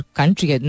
country